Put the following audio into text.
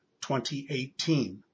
2018